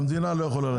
המדינה לא יכולה לעשות.